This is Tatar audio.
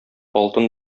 алтын